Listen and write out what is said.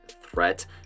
threat